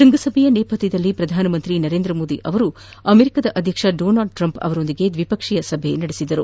ಶೃಂಗಸಭೆಯ ನೇಪಥ್ಯದಲ್ಲಿ ಪ್ರಧಾನಿ ನರೇಂದ್ರ ಮೋದಿ ಅಮೆರಿಕಾ ಅಧ್ಯಕ್ಷ ಡೋನಾಲ್ಡ್ ಟ್ರಂಪ್ ಅವರೊಂದಿಗೆ ದ್ವಿಪಕ್ಷೀಯ ಸಭೆ ನಡೆಸಿದರು